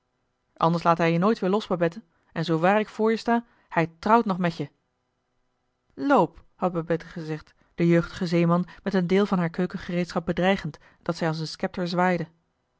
laat hij je nooit weer los babette en zoowaar ik voor je sta hij trouwt nog met je loop had babette gezegd den jeugdigen zeeman met een deel van haar keukengereedschap bedreigend dat zij als een schepter zwaaide